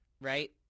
right